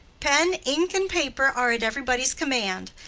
pen, ink, and paper are at everybody's command.